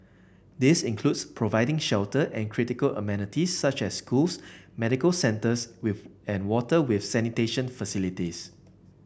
this includes providing shelter and critical amenities such as schools medical centres with and water with sanitation facilities